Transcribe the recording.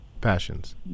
passions